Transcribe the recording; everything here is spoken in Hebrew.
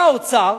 בא האוצר,